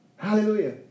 Hallelujah